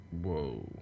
Whoa